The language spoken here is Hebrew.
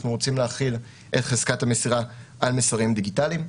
אנחנו רוצים להחיל את חזקת המסירה על מסרים דיגיטליים.